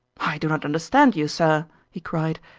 i do not understand you, sir, he cried.